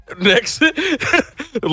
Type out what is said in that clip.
Next